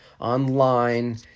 online